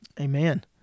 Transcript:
Amen